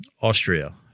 Austria